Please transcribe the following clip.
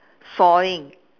sawing